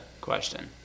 question